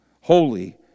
holy